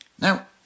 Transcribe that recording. now